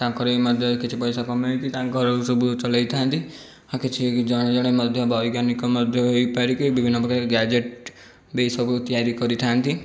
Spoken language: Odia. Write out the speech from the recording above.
ତାଙ୍କର ଏଇ ମଧ୍ୟ କିଛି ପଇସା କମାଇକି ତାଙ୍କର ସବୁ ଚଳେଇଥାନ୍ତି ହଁ କିଛି ଜଣେ ଜଣେ ମଧ୍ୟ ବୈଜ୍ଞାନିକ ମଧ୍ୟ ହେଇପାରିକି ବିଭିନ୍ନପ୍ରକାର ଗ୍ୟାଜେଟ୍ ବି ସବୁ ତିଆରି କରିଥାନ୍ତି